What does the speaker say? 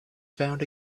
found